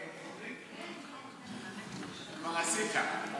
כבר עשית.